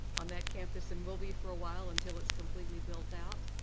on that campus and will be for a while until it's completely built out.